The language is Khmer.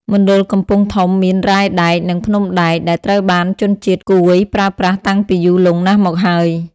មណ្ឌលកំពង់ធំមាន រ៉ែដែក នៅភ្នំដែក ដែលត្រូវបានជនជាតិកួយប្រើប្រាស់តាំងពីយូរលង់ណាស់មកហើយ។